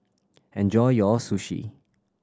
enjoy your Sushi